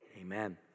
Amen